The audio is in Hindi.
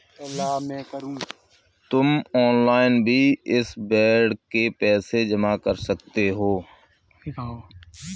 तुम ऑनलाइन भी इस बेड के पैसे जमा कर सकते हो